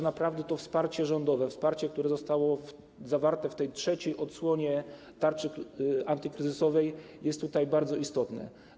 Naprawdę to wsparcie rządowe, wsparcie, które zostało zawarte w tej trzeciej odsłonie tarczy antykryzysowej, jest tutaj bardzo istotne.